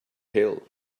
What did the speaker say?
hill